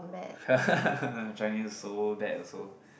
Chinese so bad also